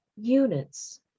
units